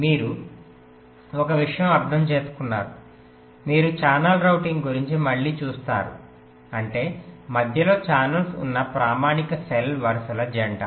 మీరు ఒక విషయం అర్థం చేసుకున్నారు మీరు ఛానెల్ రౌటింగ్ గురించి మళ్ళీ చూస్తారు అంటే మధ్యలో ఛానెల్ ఉన్న ప్రామాణిక సెల్ వరుసల జంట